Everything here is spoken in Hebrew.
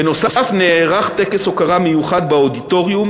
בנוסף נערך טקס הוקרה מיוחד באודיטוריום,